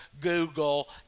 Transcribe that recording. Google